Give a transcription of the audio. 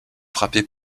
frappés